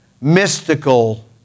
Mystical